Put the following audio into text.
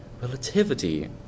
relativity